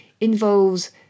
involves